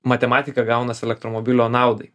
matematika gaunas elektromobilio naudai